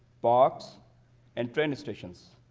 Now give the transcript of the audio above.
parks and train stations.